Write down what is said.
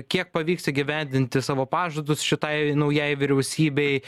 kiek pavyks įgyvendinti savo pažadus šitai naujai vyriausybei